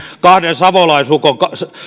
kahden savolaisukon